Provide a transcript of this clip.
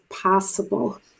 possible